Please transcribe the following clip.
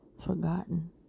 forgotten